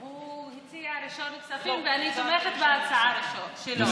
הוא הציע ראשון כספים ואני תומכת בהצעה שלו.